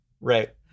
Right